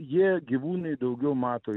jie gyvūnai daugiau mato